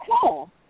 cool